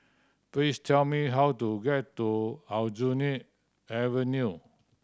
please tell me how to get to Aljunied Avenue